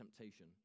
temptation